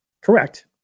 Correct